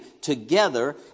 together